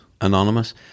anonymous